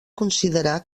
considerar